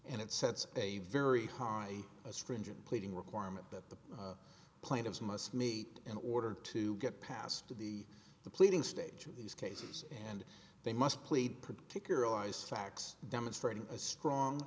and it sets a very high stringent pleading requirement that the plaintiffs must meet in order to get past the pleading stage of these cases and they must plead particular allies facts demonstrating a strong